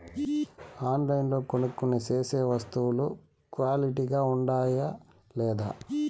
ఆన్లైన్లో కొనుక్కొనే సేసే వస్తువులు క్వాలిటీ గా ఉండాయా లేదా?